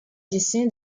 gestione